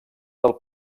del